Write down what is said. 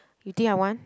you think I want